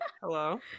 hello